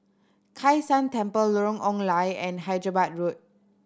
Kai San Temple Lorong Ong Lye and Hyderabad Road